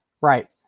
Right